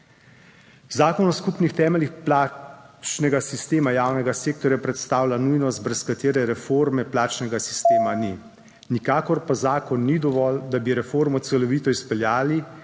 zakon o skupnih temeljih plačnega sistema javnega sektorja predstavlja nujnost brez katere reforme plačnega sistema ni, nikakor pa zakon ni dovolj, da bi reformo celovito izpeljali,